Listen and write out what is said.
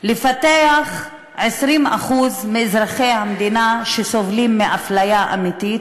לפתח 20% מאזרחי המדינה שסובלים מאפליה אמיתית?